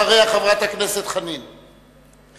אחריה, חברת הכנסת חנין זועבי.